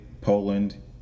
Poland